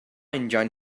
engine